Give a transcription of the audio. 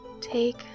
Take